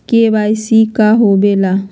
KYC का होवेला?